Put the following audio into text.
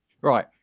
Right